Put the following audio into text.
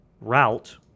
route